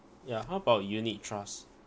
ya how about unit trust